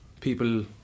people